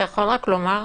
תוכל לומר,